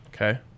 Okay